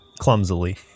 Clumsily